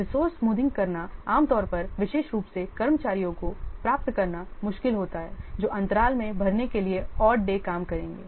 resource smoothing करना आमतौर पर विशेष रूप से कर्मचारियों को प्राप्त करना मुश्किल होता है जो अंतराल में भरने के लिए odd डे काम करेंगे